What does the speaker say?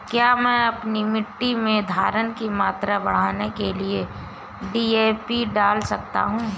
क्या मैं अपनी मिट्टी में धारण की मात्रा बढ़ाने के लिए डी.ए.पी डाल सकता हूँ?